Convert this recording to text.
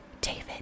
David